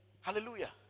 hallelujah